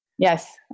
Yes